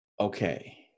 okay